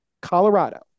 Colorado